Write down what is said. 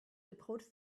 approached